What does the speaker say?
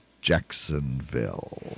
Jacksonville